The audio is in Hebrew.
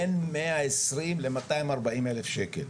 בין מאה עשרים למאתיים ארבעים אלף שקל.